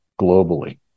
globally